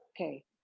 okay